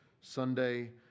Sunday